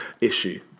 issue